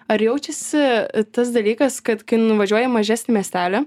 ar jaučiasi tas dalykas kad kai nuvažiuoji į mažesnį miestelį